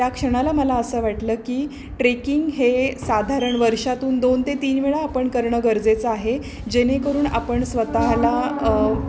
त्या क्षणाला मला असं वाटलं की ट्रेकिंग हे साधारण वर्षातून दोन ते तीन वेळा आपण करणं गरजेचं आहे जेणेकरून आपण स्वतःला